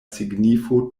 signifo